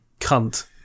Cunt